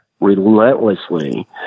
relentlessly